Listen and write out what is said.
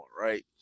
right